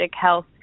health